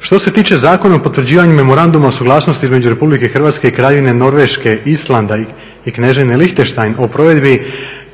Što se tiče Zakona o potvrđivanju memoranduma o suglasnosti između Republike Hrvatske i Kraljevine Norveške, Islanda i Kneževine Lihtenštajn o provedbi